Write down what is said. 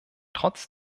trotz